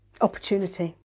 opportunity